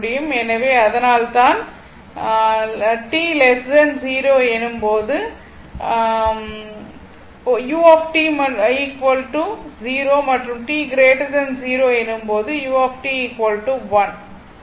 எனவே அதனால்தான் 0 எனும் போது u 0 மற்றும் t 0 எனும் போது u 1